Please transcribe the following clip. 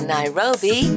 Nairobi